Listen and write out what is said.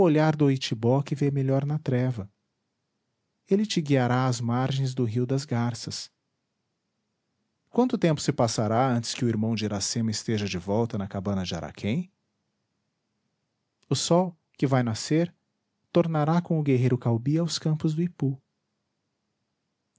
que vê melhor na treva ele te guiará às margens do rio das garças quanto tempo se passará antes que o irmão de iracema esteja de volta na cabana de araquém o sol que vai nascer tornará com o guerreiro caubi aos campos do ipu